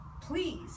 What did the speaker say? Please